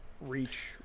reach